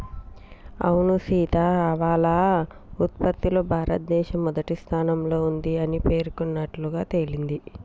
అవును సీత ఆవాల ఉత్పత్తిలో భారతదేశం మొదటి స్థానంలో ఉంది అని పేర్కొన్నట్లుగా తెలింది